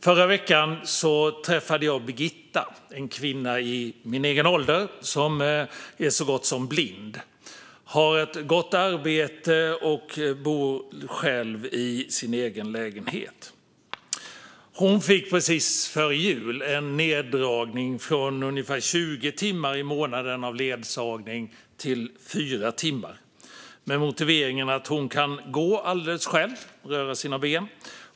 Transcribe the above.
Förra veckan träffade jag Birgitta, en kvinna i min egen ålder som är så gott som blind, har ett gott arbete och bor själv i sin egen lägenhet. Hon fick precis före jul en neddragning från ungefär 20 timmars ledsagning i månaden till 4 timmar, med motiveringen att hon kan gå alldeles själv - röra sina ben.